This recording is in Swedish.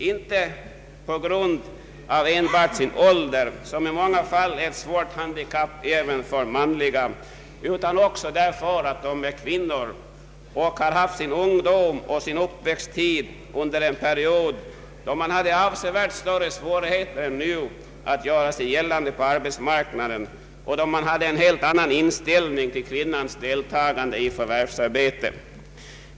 Detta beror inte enbart på åldern, som i många fall är ett svårt handikapp även för männen, utan det beror också på att de är kvinnor och har haft sin ungdom och uppväxttid under en period med avsevärt större svårigheter att göra sig gällande på arbetsmarknaden och med en helt annan inställning till kvinnans deltagande i förvärvsarbetet.